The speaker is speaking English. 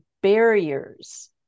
barriers